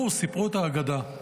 סיפרו את ההגדה,